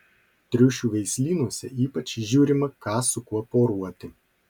triušių veislynuose ypač žiūrima ką su kuo poruoti